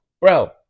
Bro